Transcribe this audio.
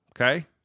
okay